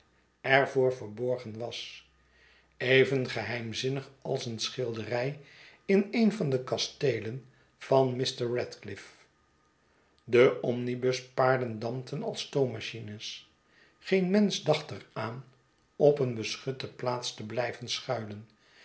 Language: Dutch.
voor verborgen was even geheimzinnigalseen schilderij in een van de kasteelen van mr radcliff de omnibuspaarden dampten als stoommachines geen mensch dacht er aan op een beschutte plaats te blijven schuilenj